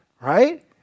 right